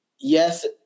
yes